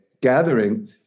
gathering